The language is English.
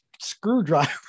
screwdriver